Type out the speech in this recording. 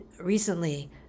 recently